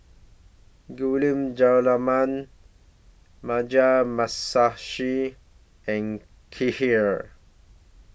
Gulab Jamun Mugi Masashi and Kheer